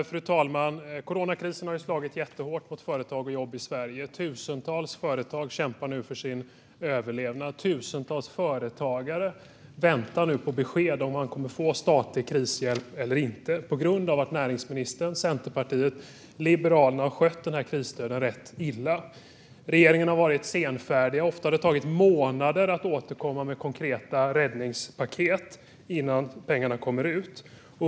Fru talman! Coronakrisen har slagit jättehårt mot företag och jobb i Sverige. Tusentals företag kämpar nu för sin överlevnad. Tusentals företagare väntar på besked om huruvida de kommer att få statlig krishjälp eller inte, på grund av att näringsministern, Centerpartiet och Liberalerna har skött krisstöden rätt illa. Regeringen har varit senfärdig, och ofta har det tagit månader att återkomma med konkreta räddningspaket och innan pengarna kommer ut.